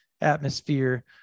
atmosphere